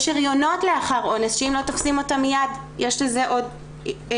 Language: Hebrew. יש הריונות לאחר אונס שאם לא תופסים אותם מיד יש לזה עוד השלכות,